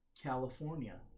california